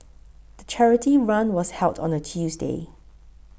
the charity run was held on a Tuesday